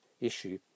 issue